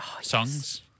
songs